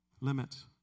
Limits